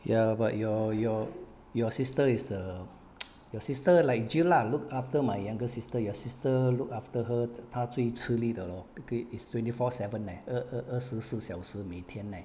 ya but your your your sister is the your sister like jill lah look after my younger sister your sister look after her 他最吃力的 lor 一个 is twenty four seven leh 二二二十四小时每天 leh